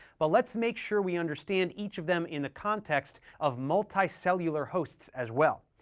but let's make sure we understand each of them in the context of multicellular hosts as well.